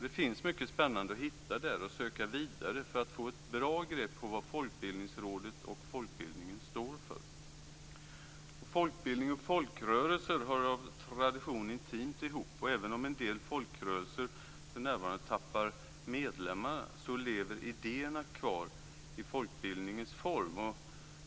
Det finns mycket spännande där, liksom möjligheter att söka vidare, för att få ett bra grepp om vad Folkbildningsrådet och folkbildningen står för. Folkbildning och folkrörelser hör av tradition intimt ihop. Även om en del folkrörelser för närvarande tappar medlemmar så lever idéerna kvar i folkbildningens form.